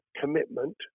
commitment